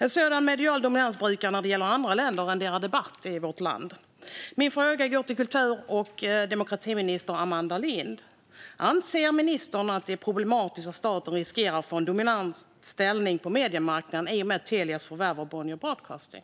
En sådan medial dominans brukar när det gäller andra länder rendera debatt i vårt land. Min fråga går till kultur och demokratiminister Amanda Lind: Anser ministern att det är problematiskt att staten riskerar att få en dominant ställning på mediemarknaden i och med Telias förvärv av Bonnier Broadcasting?